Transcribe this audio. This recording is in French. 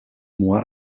mois